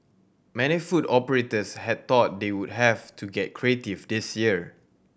many food operators had thought they would have to get creative this year